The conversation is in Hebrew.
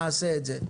נעשה את זה,